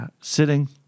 sitting